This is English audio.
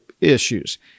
issues